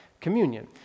Communion